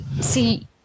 see